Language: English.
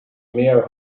mere